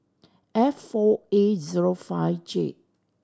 F four A zero five J